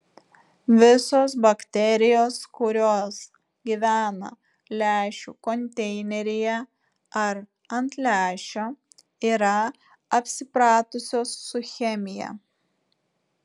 visos bakterijos kurios gyvena lęšių konteineryje ar ant lęšio yra apsipratusios su chemija